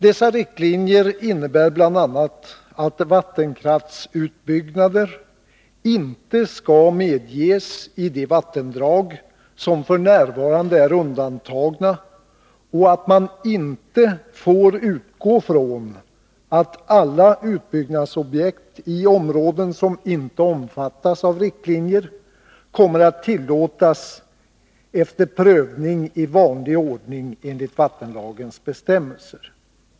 Dessa riktlinjer innebär bl.a. att vattenkraftsutbyggnader inte skall medges i de vattendrag som f. n. är undantagna och att man inte får utgå från att alla utbyggnadsprojekt i områden som inte omfattas av riktlinjer kommer att tillåtas efter prövning i vanlig ordning enligt vattenlagens bestämmelser.